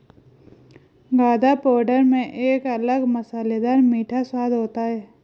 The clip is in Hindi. गदा पाउडर में एक अलग मसालेदार मीठा स्वाद होता है